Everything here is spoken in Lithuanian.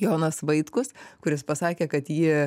jonas vaitkus kuris pasakė kad jį